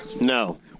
No